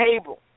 table